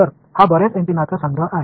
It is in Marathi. तर हा बर्याच अँटेनांचा संग्रह आहे